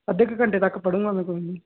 ਅੱਧੇ ਕ ਘੰਟੇ ਤੱਕ ਪੜੂੰਗਾ ਮੈਂ ਕੋਈ ਨਹੀਂ